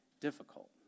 difficult